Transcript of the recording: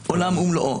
כאילו הציל עולם ומלואו.